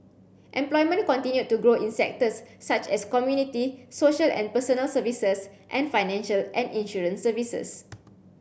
employment continued to grow in sectors such as community social and personal services and financial and insurance services